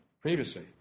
previously